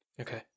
okay